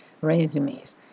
resumes